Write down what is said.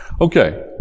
Okay